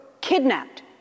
kidnapped